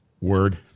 Word